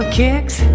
kicks